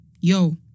Yo